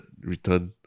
return